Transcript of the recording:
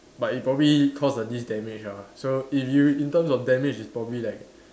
but it probably cause the least damage ah so if you in terms of damage is probably like